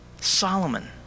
Solomon